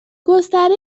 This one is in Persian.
گستره